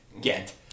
Get